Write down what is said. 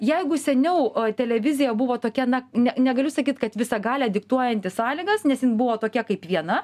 jeigu seniau televizija buvo tokia na ne negaliu sakyt kad visagalė diktuojanti sąlygas nes jin buvo tokia kaip viena